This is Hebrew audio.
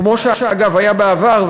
כמו שאגב היה בעבר,